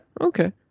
Okay